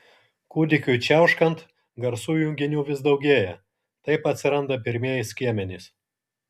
kūdikiui čiauškant garsų junginių vis daugėja taip atsiranda pirmieji skiemenys